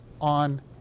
on